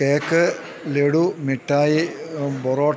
cake laddu മിഠായി ബൊറോട്ട